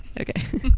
Okay